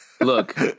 Look